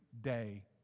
day